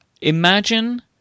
imagine